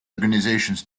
organizations